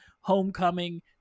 Homecoming